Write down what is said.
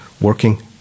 working